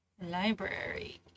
Library